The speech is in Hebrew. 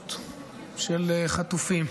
משפחות של חטופים.